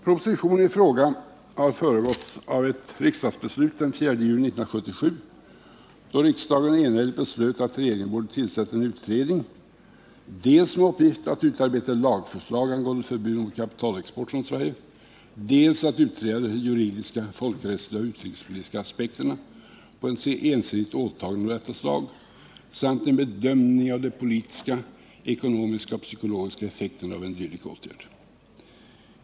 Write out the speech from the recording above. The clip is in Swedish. Propositionen har föregåtts av ett riksdagsbeslut den 4 juni 1977, då riksdagen enhälligt beslöt att regeringen borde tillsätta en utredning, dels med uppgift att utarbeta ett lagförslag avseende förbud mot kapitalexport från Sverige, dels för att utreda de juridiska folkrättsliga och utrikespolitiska aspekterna på ett ensidigt åtagande av detta slag samt en bedömning av de politisk-ekonomiska och psykologiska effekterna av en dylik åtgärd.